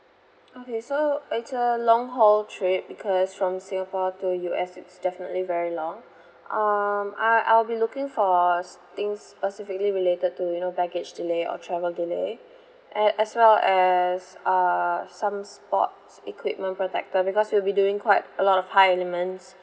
okay so it's a long haul trip because from singapore to U_S it's definitely very long um I I'll be looking for things specifically related to you know baggage delay or travel delay at as well as uh some sports equipment protector because we'll be doing quite a lot of high elements